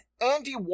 Andy